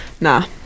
Nah